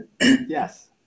Yes